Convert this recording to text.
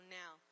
now